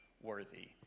worthy